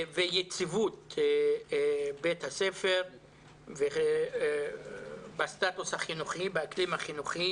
ביציבות בית הספר ובסטטוס החינוכי, באקלים החינוכי